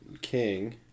King